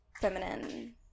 feminine